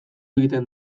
egiten